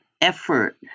effort